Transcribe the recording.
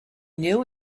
knew